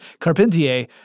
Carpentier